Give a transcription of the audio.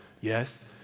yes